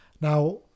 Now